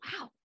wow